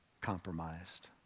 compromised